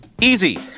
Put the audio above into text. Easy